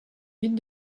vite